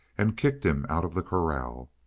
and kicked him out of the corral.